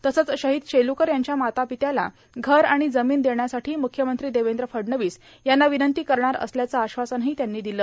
तसंच शोहद शेलूकर यांच्या मातार् ापत्याला घर आर्माण जमीन देण्यासाठां मुख्यमंत्री देवद्र फडणवीस यांना र्विनंती करणार असल्याचं आश्वासन त्यांनी र्दिलं